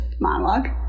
monologue